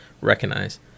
recognize